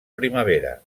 primavera